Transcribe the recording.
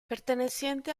perteneciente